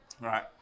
right